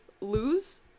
lose